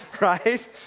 right